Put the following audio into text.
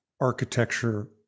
architecture